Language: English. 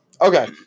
okay